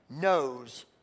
knows